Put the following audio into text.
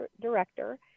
director